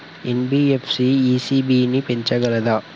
NBFC ECB ని పెంచగలదా?